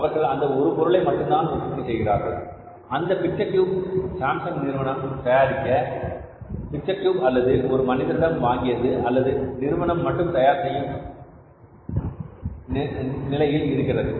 அவர்கள் அந்த ஒரு பொருளை மட்டும்தான் உற்பத்தி செய்கிறார்கள் அந்த பிக்சர் டியூப் சாம்சங் நிறுவனம் தயாரித்த பிக்சர் டியூப் அல்லது ஒரு மனிதரிடம் வாங்கியது அல்லது நிறுவனம் மட்டும் தயார் செய்யும் நிறுவனம் இருக்கிறது